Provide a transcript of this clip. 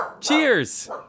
Cheers